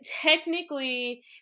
technically